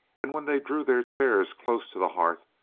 and when they drew their chairs close to the hearth,